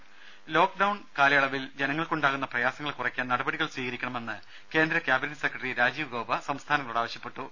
ദേദ ലോക്ഡൌൺ കാലയളവിൽ ജനങ്ങൾക്കുണ്ടാകുന്ന പ്രായസങ്ങൾ കുറയ്ക്കാൻ നടപടികൾ സ്വീകരിക്കണമെന്ന് കേന്ദ്ര ക്യാബിനറ്റ് സെക്രട്ടറി രാജീവ് ഗൌബ സംസ്ഥാനങ്ങളോട് ആവശ്യപ്പെട്ടു